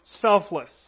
Selfless